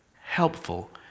helpful